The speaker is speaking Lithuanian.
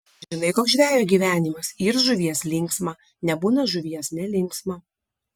žinai koks žvejo gyvenimas yr žuvies linksma nebūna žuvies nelinksma